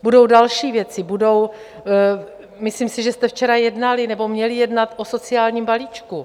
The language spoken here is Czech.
Budou další věci, myslím si, že jste včera jednali nebo měli jednat o sociálním balíčku.